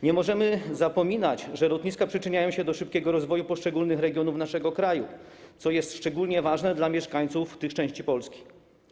Nie możemy zapominać, że lotniska przyczyniają się do szybkiego rozwoju poszczególnych regionów naszego kraju, co jest szczególnie ważne dla mieszkańców tych części Polski.